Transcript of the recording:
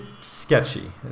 sketchy